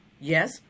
Yes